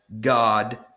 God